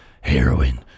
heroin